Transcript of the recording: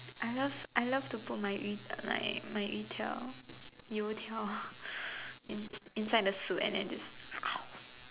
I love I love to put my yu~ like my my you-tiao you-tiao in~ inside the soup and just